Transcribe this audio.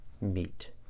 meet